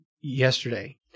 yesterday